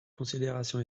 considération